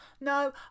no